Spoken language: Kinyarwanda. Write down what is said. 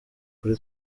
kuri